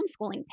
homeschooling